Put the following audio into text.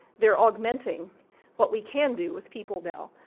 they're augmenting what we can do with people now.